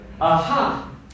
Aha